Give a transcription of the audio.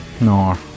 No